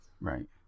right